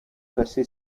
passé